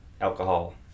Alcohol